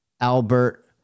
Albert